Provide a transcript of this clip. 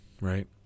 right